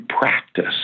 practice